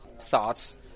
thoughts